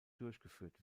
durchgeführt